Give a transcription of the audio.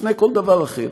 לפני כל דבר אחר,